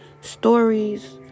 stories